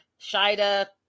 Shida